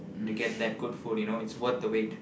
to get that good food you know it's worth to wait